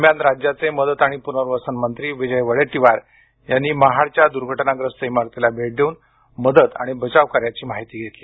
दरम्यान राज्याचे मदत आणि पुनर्वसन मंत्री विजय वडेट्टीवार यांनी काल महाडच्या दुर्घटनाग्रस्त इमारतीस भेट देऊन मदत आणि बचाव कार्याची माहिती घेतली